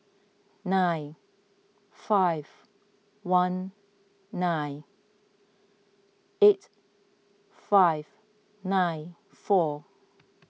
nine five one nine eight five nine four